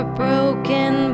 broken